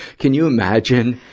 can you imagine,